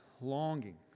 longing